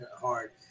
hard